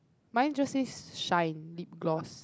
mine just says shine lip gloss